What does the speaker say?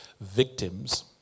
victims